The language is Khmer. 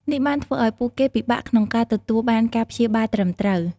នេះបានធ្វើឱ្យពួកគេពិបាកក្នុងការទទួលបានការព្យាបាលត្រឹមត្រូវ។